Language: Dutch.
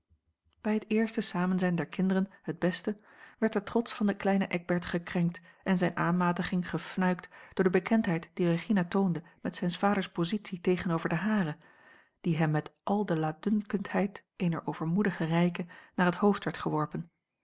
bij het eerste samenzijn der kinderen het beste werd de trots van den kleinen eckbert gekrenkt en zijne aanmatiging gefnuikt door de bekendheid die regina toonde met zijns vaders positie tegenover den haren die hem met al de laatdunkendheid eener overmoedige rijke naar het hoofd werd geworpen